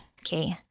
Okay